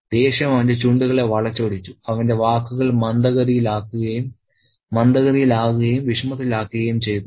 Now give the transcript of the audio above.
ദേഷ്യം അവന്റെ ചുണ്ടുകളെ വളച്ചൊടിച്ചു അവന്റെ വാക്കുകൾ മന്ദഗതിയിലാകുകയും വിഷമത്തിലാക്കുകയും ചെയ്തു